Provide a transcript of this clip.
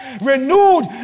renewed